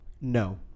No